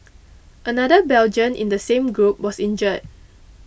another Belgian in the same group was injured